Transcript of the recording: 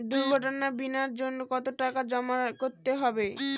দুর্ঘটনা বিমার জন্য কত টাকা জমা করতে হবে?